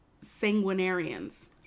Sanguinarians